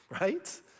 Right